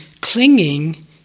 clinging